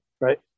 right